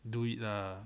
do it lah